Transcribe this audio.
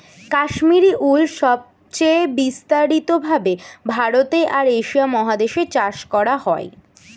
Kashmiri wool সবচেয়ে বিস্তারিত ভাবে ভারতে আর এশিয়া মহাদেশে চাষ করা হয়